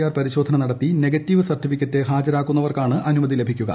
R പരിശോധന നടത്തി negative certificate ഹാജരാക്കുന്നവർക്കാണ് അനുമതി ലഭിക്കുക